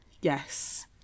Yes